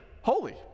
holy